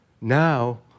Now